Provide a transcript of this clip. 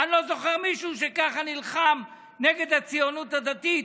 מישהו שככה נלחם נגד הציונות הדתית.